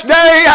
day